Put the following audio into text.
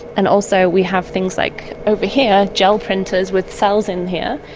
and also we have things like over here gel printers with cells in here,